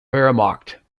wehrmacht